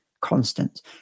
constant